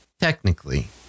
Technically